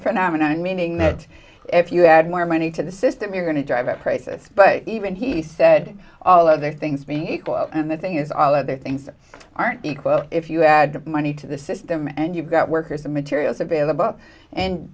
phenomenon meaning that if you add more money to the system you're going to drive up prices but even he said all other things being equal and the thing is all other things aren't equal if you add money to the system and you've got workers and materials available and